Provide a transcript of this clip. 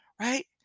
right